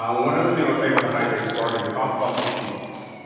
one other thing i'll tell you what the hydrate spark is it cost about sixty bucks.